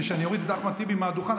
כדי שאני אוריד את אחמד טיבי מהדוכן,